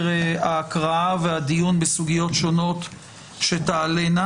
ההקראה והדיון בסוגיות שונות שתעלינה.